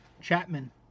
Chapman